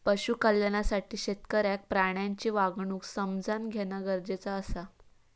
पशु कल्याणासाठी शेतकऱ्याक प्राण्यांची वागणूक समझान घेणा गरजेचा आसा